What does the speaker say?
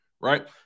right